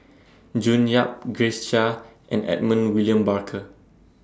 June Yap Grace Chia and Edmund William Barker